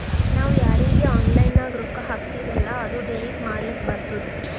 ನಾವ್ ಯಾರೀಗಿ ಆನ್ಲೈನ್ನಾಗ್ ರೊಕ್ಕಾ ಹಾಕ್ತಿವೆಲ್ಲಾ ಅದು ಡಿಲೀಟ್ ಮಾಡ್ಲಕ್ ಬರ್ತುದ್